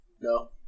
No